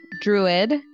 druid